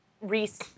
Reese